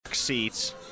seats